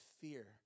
fear